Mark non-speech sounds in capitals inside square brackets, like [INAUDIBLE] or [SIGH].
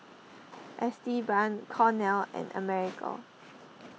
[NOISE] Esteban Cornel and America